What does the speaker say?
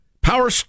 Power